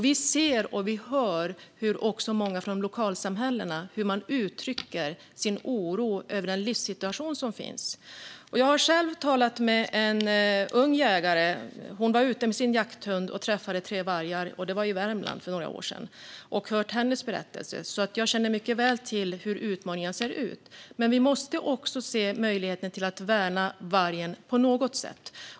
Vi ser och hör hur många från lokalsamhällena uttrycker sin oro över den livssituation som finns. Jag har själv talat med en ung jägare och hört hennes berättelse. Hon var ute med sin jakthund och träffade tre vargar. Det var i Värmland för några år sedan. Jag känner mycket väl till hur utmaningarna ser ut. Vi måste också se möjligheten att värna vargen på något sätt.